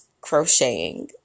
crocheting